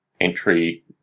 entry